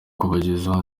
kubagezaho